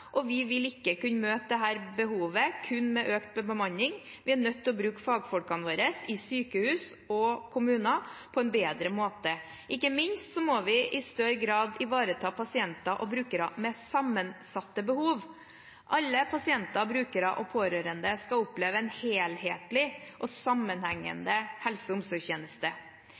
og vi vil ikke kunne møte dette behovet kun med økt bemanning. Vi er nødt til å bruke fagfolkene våre i sykehus og kommuner på en bedre måte. Ikke minst må vi i større grad ivareta pasienter og brukere med sammensatte behov. Alle pasienter, brukere og pårørende skal oppleve en helhetlig og sammenhengende helse- og omsorgstjeneste.